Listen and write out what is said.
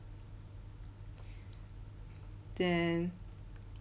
then